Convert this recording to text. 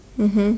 mmhmm